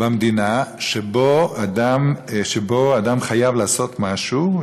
במדינה שבו אדם חייב לעשות משהו,